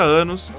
anos